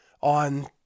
on